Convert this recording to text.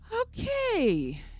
Okay